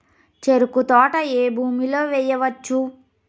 చెరుకు తోట ఏ భూమిలో వేయవచ్చు?